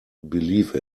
believe